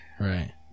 Right